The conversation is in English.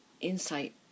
insight